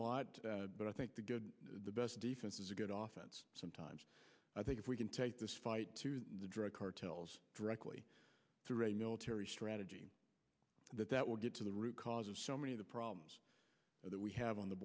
lot but i think the best defense is a good often sometimes i think if we can take this fight the drug cartels directly through a military strategy that that will get to the root cause of so many of the problems that we have on the